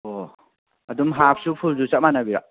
ꯑꯣ ꯑꯗꯨꯝ ꯍꯥꯞꯁꯨ ꯐꯨꯜꯁꯨ ꯆꯞ ꯃꯥꯟꯅꯕꯤꯔꯥ